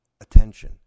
attention